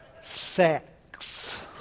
Sex